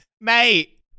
mate